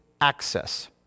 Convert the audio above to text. access